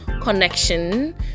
connection